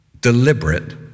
deliberate